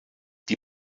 die